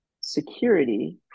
security